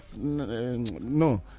No